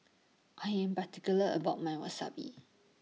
I Am particular about My Wasabi